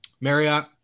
Marriott